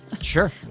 Sure